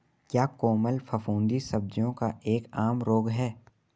क्या कोमल फफूंदी सब्जियों का एक आम रोग है?